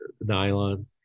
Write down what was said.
nylon